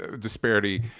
disparity